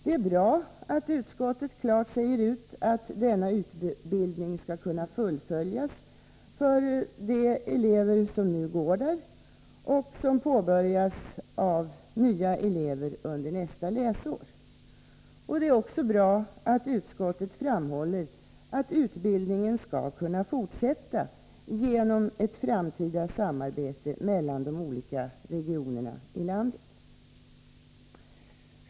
Det är bra att utskottet klart säger ut att denna utbildning skall kunna fullföljas av de elever som går där och av dem som påbörjar den under nästa läsår. Det är också bra att utskottet framhåller att utbildningen skall kunna fortsätta genom ett framtida samarbete mellan de olika regionerna i landet.